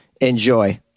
enjoy